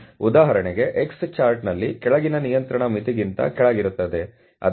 ಉದಾಹರಣೆಗೆ x ಚಾರ್ಟ್ನಲ್ಲಿ ಕೆಳಗಿನ ನಿಯಂತ್ರಣ ಮಿತಿಗಿಂತ ಕೆಳಗಿರುತ್ತದೆ